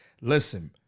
Listen